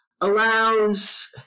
allows